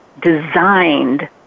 designed